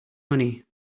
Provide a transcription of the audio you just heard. money